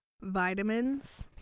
Vitamins